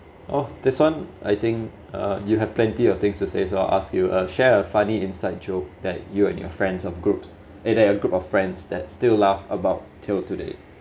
oh this one I think uh you have plenty of things to say so I'll ask you uh share a funny inside joke that you and your friends of group eh that a group of friends that still laugh about till today